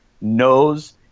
knows